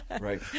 Right